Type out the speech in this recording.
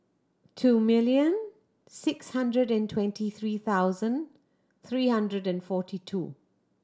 two million six hundred and twenty three thousand three hundred and forty two